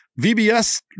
VBS